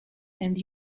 and